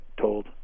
told